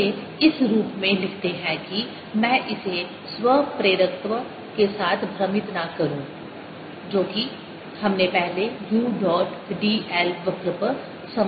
इसे इस रूप में लिखते हैं कि मैं इसे स्व प्रेरकत्व के साथ भ्रमित न करुँ जो कि हमने पहले u डॉट d l वक्र पर समाकलन देखा था